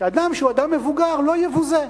שאדם שהוא מבוגר לא יבוזה.